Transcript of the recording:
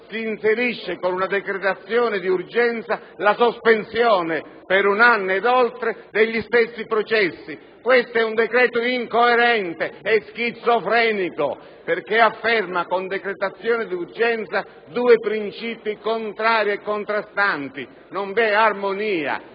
si inserisce con decretazione d'urgenza la sospensione per un anno ed oltre degli stessi processi. Quello al nostro esame è un decreto incoerente e schizofrenico, perché afferma con decretazione d'urgenza due principi contrari e contrastanti! Non vi è armonia.